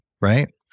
right